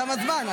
תם הזמן.